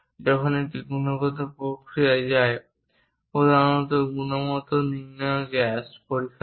যখন এটি গুণমান পরীক্ষায় যায় প্রধানত গুণমান নিয়ন্ত্রণ গ্যাস পরীক্ষা করে